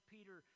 Peter